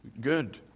good